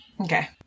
Okay